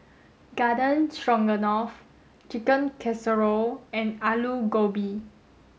Garden Stroganoff Chicken Casserole and Alu Gobi